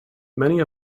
many